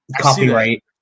copyright